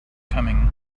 coming